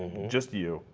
just you.